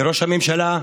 לראש הממשלה,